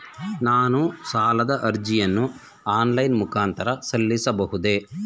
ನಾನು ಸಾಲದ ಅರ್ಜಿಯನ್ನು ಆನ್ಲೈನ್ ಮುಖಾಂತರ ಸಲ್ಲಿಸಬಹುದೇ?